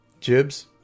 Jibs